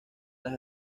las